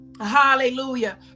hallelujah